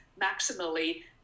maximally